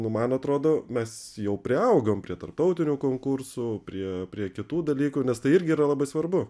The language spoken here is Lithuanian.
nu man atrodo mes jau priaugom prie tarptautinių konkursų prie prie kitų dalykų nes tai irgi yra labai svarbu